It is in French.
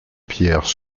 pierre